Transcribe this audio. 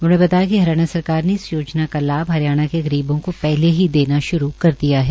उन्होंने बताया कि हरियाणा ने इस योजना का लाभ हरियाणा के गरीबों को पहले ही देना श्रू कर दिया है